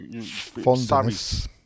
Fondness